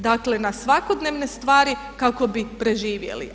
Dakle, na svakodnevne stvari kako bi preživjeli.